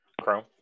Chrome